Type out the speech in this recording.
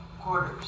quarters